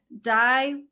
die-